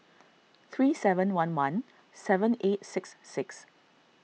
three seven one one seven eight six six